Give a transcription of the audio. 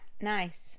nice